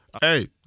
Hey